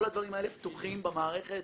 כל הדברים האלה פתוחים במערכת,